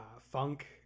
funk